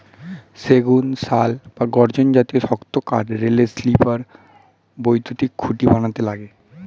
সেগুন, শাল বা গর্জন জাতীয় শক্ত কাঠ রেলের স্লিপার, বৈদ্যুতিন খুঁটি বানাতে লাগে